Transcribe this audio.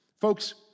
Folks